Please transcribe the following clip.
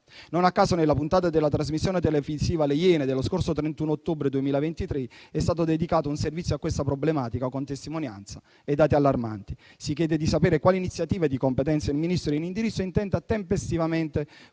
Non a caso, nella puntata della trasmissione televisiva «Le Iene» dello scorso 31 ottobre 2023 è stato dedicato un servizio a questa problematica con testimonianze e dati allarmanti. Si chiede di sapere quali iniziative di competenza il Ministro in indirizzo intenda tempestivamente porre